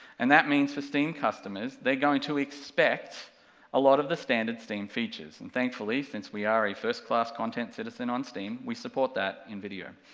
and that means, for steam customers, they're going to expect a lot of the standard steam features, and thankfully, since we are a first class content citizen on steam, we support that in video.